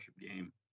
game